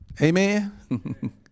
Amen